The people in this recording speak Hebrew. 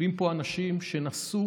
יושבים פה אנשים שנשאו